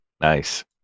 nice